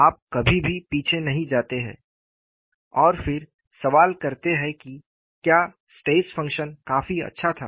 आप कभी भी पीछे नहीं जाते हैं और फिर सवाल करते हैं कि क्या स्ट्रेस फंक्शन काफी अच्छा था